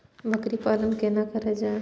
बकरी पालन केना कर जाय?